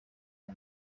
aya